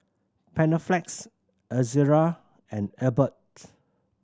Panaflex Ezerra and Abbott